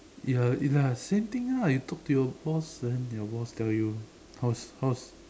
it's like it's like the same thing ah you talk to your boss then your boss tell you how's how's